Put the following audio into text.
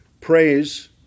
Praise